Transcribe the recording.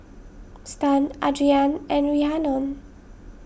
Stan Adriane and Rhiannon